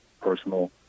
Personal